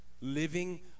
living